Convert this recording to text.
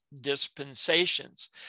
dispensations